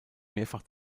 mehrfach